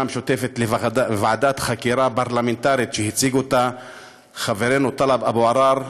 המשותפת לוועדת חקירה פרלמנטרית שהציג חברנו טלב אבו עראר,